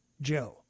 Joe